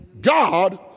God